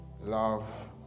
love